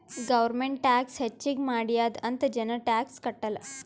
government tax ಹೆಚ್ಚಿಗ್ ಮಾಡ್ಯಾದ್ ಅಂತ್ ಜನ ಟ್ಯಾಕ್ಸ್ ಕಟ್ಟಲ್